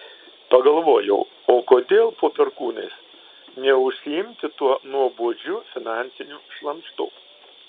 pagalvojau o kodėl po perkūnais neužsiimti tuo nuobodžiu finansiniu šlamštu